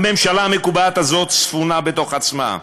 הממשלה המקובעת הזאת ספונה בתוך עצמה.